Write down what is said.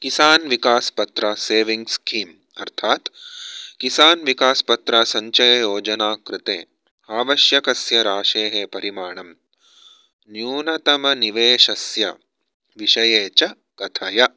किसान् विकास् पत्रा savings scheme अर्थात् किसान् विकास् पत्रा सञ्चय योजना कृते आवश्यकस्य राशेः परिमाणं न्यूनतमनिवेशस्य विषये च कथय